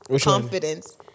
confidence